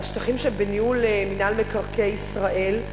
השטחים שהם בניהול מינהל מקרקעי ישראל,